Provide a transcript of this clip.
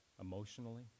emotionally